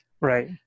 right